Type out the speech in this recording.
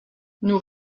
nous